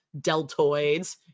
deltoids